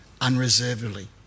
unreservedly